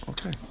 Okay